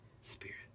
Spirit